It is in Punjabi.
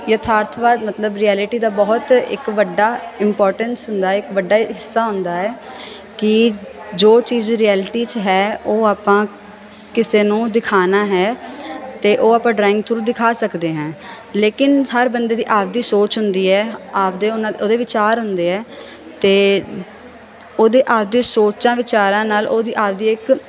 ਯਥਾਰਥਵਾਦ ਮਤਲਬ ਰਿਐਲਿਟੀ ਦਾ ਬਹੁਤ ਇੱਕ ਵੱਡਾ ਇਮਪੋਰਟੈਂਸ ਹੁੰਦਾ ਇੱਕ ਵੱਡਾ ਹਿੱਸਾ ਹੁੰਦਾ ਹੈ ਕਿ ਜੋ ਚੀਜ਼ ਰਿਐਲਿਟੀ 'ਚ ਹੈ ਉਹ ਆਪਾਂ ਕਿਸੇ ਨੂੰ ਦਿਖਾਉਣਾ ਹੈ ਅਤੇ ਉਹ ਆਪਾਂ ਡਰਾਇੰਗ ਥਰੂ ਦਿਖਾ ਸਕਦੇ ਹਾਂ ਲੇਕਿਨ ਹਰ ਬੰਦੇ ਦੀ ਆਪਦੀ ਸੋਚ ਹੁੰਦੀ ਹੈ ਆਪਦੇ ਉਹਨਾਂ ਉਹਦੇ ਵਿਚਾਰ ਹੁੰਦੇ ਹੈ ਅਤੇ ਉਹਦੇ ਆਪਦੇ ਸੋਚਾਂ ਵਿਚਾਰਾਂ ਨਾਲ ਉਹਦੀ ਆਪਦੀ ਇੱਕ